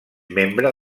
membre